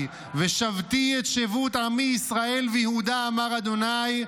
ושבתי את שבות עמי ישראל ויהודה אמר ה',